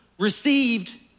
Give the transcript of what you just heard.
received